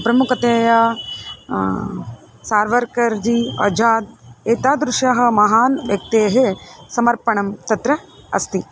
प्रमुखतया सावरकरजी आझाद् एतादृशान् महान् व्यक्तेः समर्पणं तत्र अस्ति